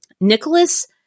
Nicholas